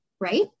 right